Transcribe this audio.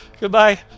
Goodbye